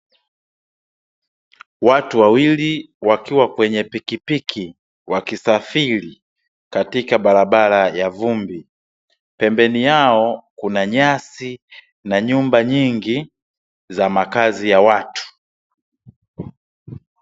Watu wawili wakiwa kwenye pikipiki, wakisafiri katika barabara ya vumbi. Pembeni yao kuna nyasi na nyumba nyingi za makazi ya watu.